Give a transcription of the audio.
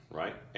right